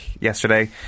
yesterday